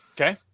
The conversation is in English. okay